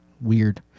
weird